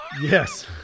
Yes